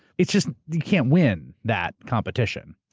it's just, you can't win that competition.